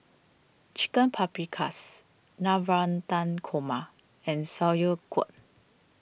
Chicken Paprikas Navratan Korma and Sauerkraut